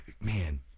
Man